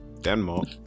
Denmark